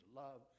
love